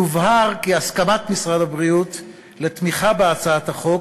יובהר כי הסכמת משרד הבריאות לתמיכה בהצעת החוק